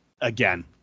again